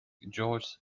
george